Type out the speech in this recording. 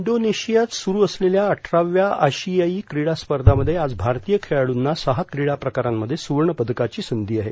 इंडोनेशियात सुरू असलेल्या अठराव्या आशियायी क्रीडा स्पर्धामध्ये आज भारतीय खेळाडूंना सहा क्रीडाप्रकारांमध्ये सुवर्ण पदकाची संधी आहे